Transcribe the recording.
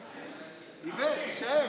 תישאר.